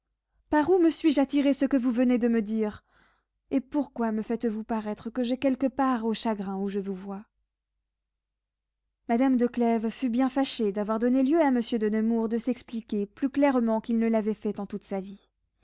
par où me suis-je attiré ce que vous venez de me dire et pourquoi me faites-vous paraître que j'ai quelque part au chagrin où je vous vois madame de clèves fut bien fâchée d'avoir donné lieu à monsieur de nemours de s'expliquer plus clairement qu'il n'avait fait en toute sa vie